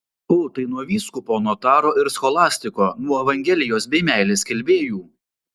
o tai nuo vyskupo notaro ir scholastiko nuo evangelijos bei meilės skelbėjų